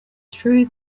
threw